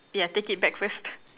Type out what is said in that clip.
ya take it back first